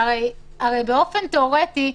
הרי באופן תיאורטי,